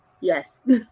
Yes